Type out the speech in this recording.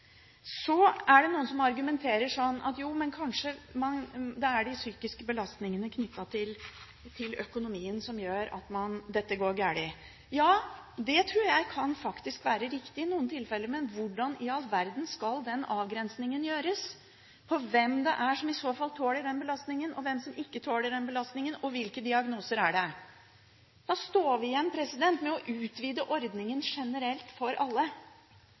Så er det noen som argumenterer med at det er de psykiske belastningene knyttet til økonomien som gjør at dette går galt. Ja, det tror jeg faktisk kan være riktig i noen tilfeller. Men hvordan i all verden skal den avgrensningen gjøres med hensyn til hvem det er som tåler den belastningen, og hvem som ikke tåler den, og hvilke diagnoser gjelder det? Da står vi igjen med å utvide ordningen generelt for alle.